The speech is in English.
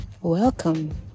Welcome